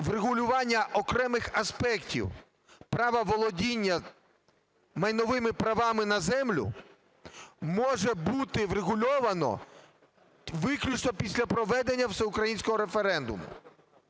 врегулювання окремих аспектів правоволодіння майновими правами на землю може бути врегульовано виключно після проведення всеукраїнського референдуму.